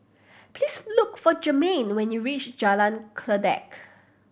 please look for Germaine when you reach Jalan Kledek